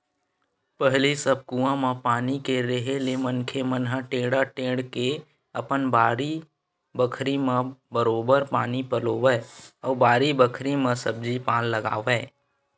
पहिली सब कुआं म पानी के रेहे ले मनखे मन ह टेंड़ा टेंड़ के अपन बाड़ी बखरी म बरोबर पानी पलोवय अउ बारी बखरी म सब्जी पान लगाय